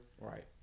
Right